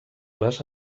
les